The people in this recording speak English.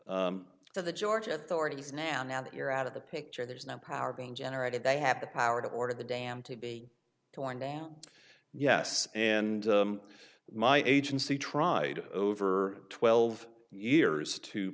for the georgia authorities now now that you're out of the picture there is no power being generated they have the power to order the dam to be torn down yes and my agency tried over twelve years to